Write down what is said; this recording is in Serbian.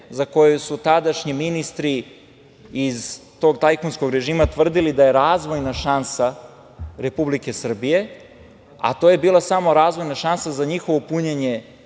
za koju su tadašnji ministri iz tog tajkunskog režima tada tvrdili da je razvojna šansa Republike Srbije, a to je bila samo razvojna šansa za njihovo punjenje